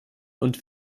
und